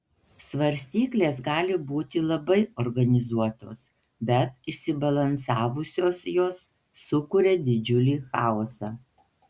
svarstyklės gali būti labai organizuotos bet išsibalansavusios jos sukuria didžiulį chaosą